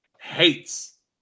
hates